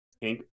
pink